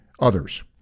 others